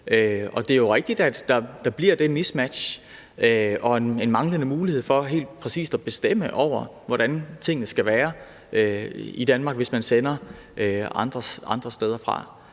det er jo rigtigt, at der bliver det mismatch og en manglende mulighed for helt præcis at bestemme over, hvordan tingene skal være i Danmark, hvis man sender andre steder fra.